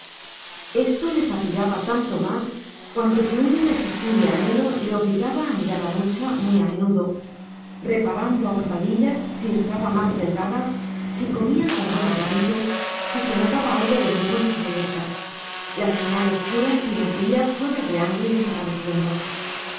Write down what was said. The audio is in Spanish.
esto le fatigaba tanto más cuanto que un irresistible anhelo le obligaba a mirar a nucha muy a menudo reparando a hurtadillas si estaba más delgada si comía con buen apetito si se notaba algo nuevo en sus muñecas la señal oscura el primer día fue verdeando y desapareciendo